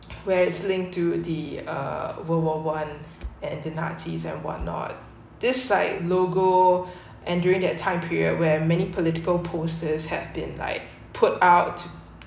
where it's linked to the uh world war one and the nazis and whatnot just like logo and during that time period where many political posters have been like put out